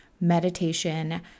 meditation